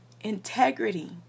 integrity